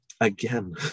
again